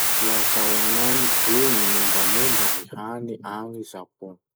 Lazao agnamiko hoe gny mombamomba gny hany agny Japon?